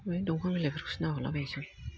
बे दंफां बिलाइफोरखौसो नाहरलाबायनोसै आं